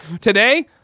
Today